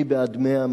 מי בעד 100?